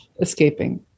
escaping